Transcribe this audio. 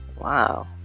Wow